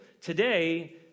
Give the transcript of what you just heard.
Today